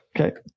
Okay